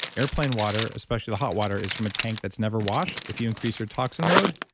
airplane water, especially the hot water, is from a tank that's never washed. if you increase your toxin load,